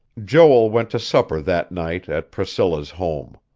joel went to supper that night at priscilla's home.